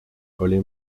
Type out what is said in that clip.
oli